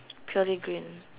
purely green